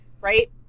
right